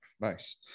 nice